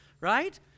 right